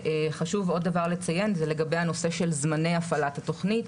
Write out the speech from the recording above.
עוד דבר שחשוב לציין זה לגבי הנושא של זמני הפעלת התוכנית.